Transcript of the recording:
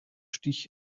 stich